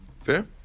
Fair